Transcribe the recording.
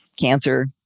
cancer